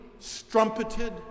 strumpeted